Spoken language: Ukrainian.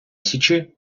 січі